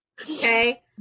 Okay